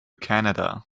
canada